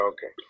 Okay